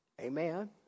Amen